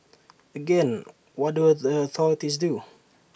again what do the authorities do